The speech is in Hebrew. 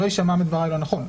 שלא יישמע מדבריי לא נכון.